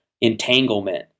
entanglement